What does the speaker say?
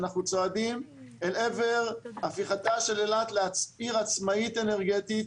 אנחנו צועדים אל עבר הפיכתה של אילת לעיר עצמאית אנרגטית,